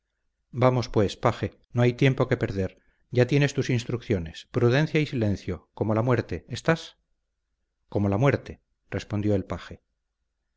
vamos pues paje no hay tiempo que perder ya tienes tus instrucciones prudencia y silencio como la muerte estás como la muerte respondió el paje